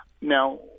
Now